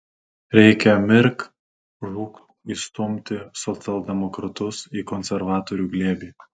reikia mirk žūk įstumti socialdemokratus į konservatorių glėbį